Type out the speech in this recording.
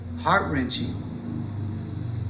heart-wrenching